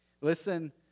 Listen